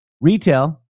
Retail